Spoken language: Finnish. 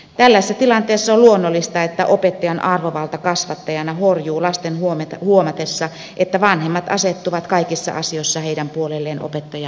tällaisessa tilanteessa on luonnollista että opettajan arvovalta kasvattajana horjuu lasten huomatessa että vanhemmat asettuvat kaikissa asioissa heidän puolelleen opettajia vastaan